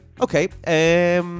okay